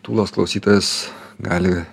tūlas klausytojas gali